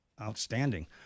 Outstanding